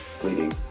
bleeding